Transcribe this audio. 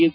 S